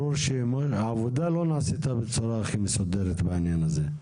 ברור שהעבודה לא נעשתה בצורה הכי מסודרת בעניין הזה.